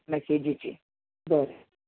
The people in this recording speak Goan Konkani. मॅसेजिचेर बरें